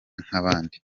nk’abandi